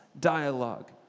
dialogue